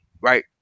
right